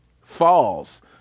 falls